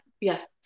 Yes